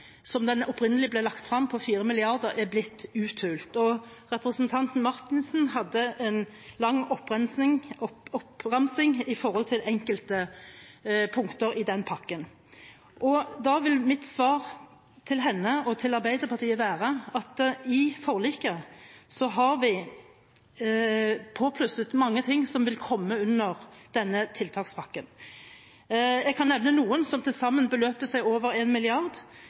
som den opprinnelig ble lagt frem, på 4 mrd. kr, er blitt uthult. Representanten Marthinsen hadde en lang oppramsing av enkeltpunkter i den pakken. Da vil mitt svar til henne og til Arbeiderpartiet være at i forliket har vi påplusset mange ting som vil komme under denne tiltakspakken. Jeg kan nevne noen, som til sammen beløper seg til over